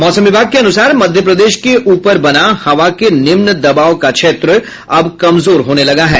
मौसम विभाग के अनुसार मध्य प्रदेश के ऊपर बना हवा के निम्न दबाव का क्षेत्र अब कमजोर होने लगा है